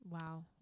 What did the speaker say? Wow